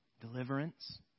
deliverance